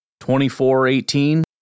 24-18